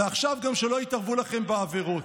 ועכשיו גם שלא יתערבו לכם בעבירות.